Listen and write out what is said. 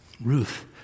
Ruth